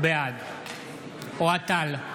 בעד אוהד טל,